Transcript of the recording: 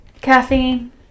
Caffeine